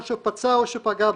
או שפצע או שפגע בהם.